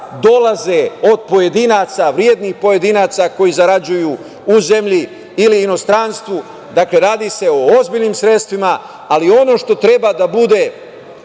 dolaze od pojedinaca, vrednih pojedinaca koji zarađuju u zemlji ili inostranstvu. Radi se o ozbiljnim sredstvima, ali ono što treba da bude